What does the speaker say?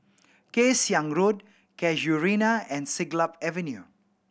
Kay Siang Road Casuarina and Siglap Avenue